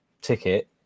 ticket